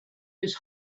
his